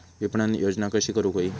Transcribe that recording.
विपणन योजना कशी करुक होई?